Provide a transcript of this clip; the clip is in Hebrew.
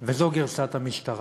וזו גרסת המשטרה.